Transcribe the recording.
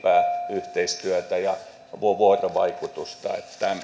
yhteistyötä ja vuorovaikutusta